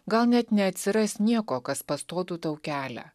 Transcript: gal net neatsiras nieko kas pastotų tau kelią